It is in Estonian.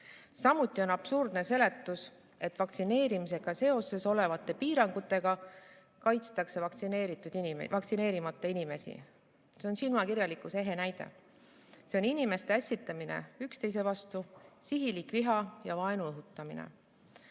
Samuti on absurdne seletus, et vaktsineerimisega seoses olevate piirangutega kaitstakse vaktsineerimata inimesi. See on silmakirjalikkuse ehe näide. See on inimeste ässitamine üksteise vastu, sihilik viha ja vaenu õhutamine.